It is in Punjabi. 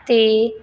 'ਤੇ